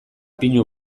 pinu